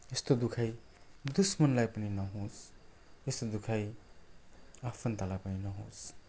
यस्तो दुखाइ दुस्मनलाई पनि नहोस् यस्तो दुखाई आफन्तलाई पनि नहोस्